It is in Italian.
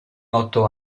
otto